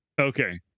Okay